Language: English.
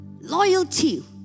loyalty